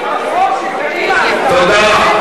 תודה,